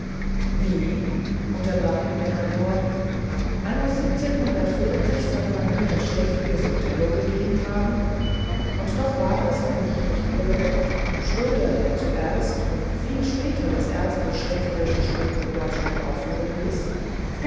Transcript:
wie unterbrach ihn der major anno soll man hier shakespeares othello gegeben haben und doch war es wenn ich nicht irre schröder der zuerst und viel später das erste shakespearesche stück in deutschland aufführen ließ